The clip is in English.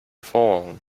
phone